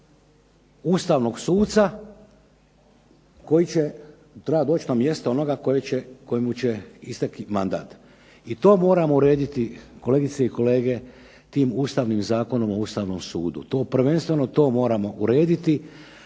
Ustavnog suca koji će treba doći na mjesto onoga kojemu će isteći mandat. I to moramo urediti tim Ustavnim zakonom o Ustavnom sudu. To prvenstveno to moramo urediti